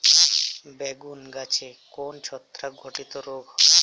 বেগুন গাছে কোন ছত্রাক ঘটিত রোগ হয়?